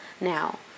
now